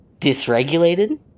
dysregulated